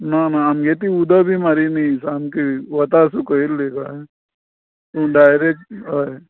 ना ना आमगे ती उदक बी मारिल्ली सामकी वोताक सुकयिल्ली कळ्ळें तूं डायरॅक्ट हय